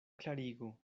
klarigo